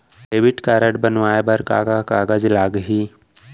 Debit card बनवाये बर का का कागज लागही?